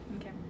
Okay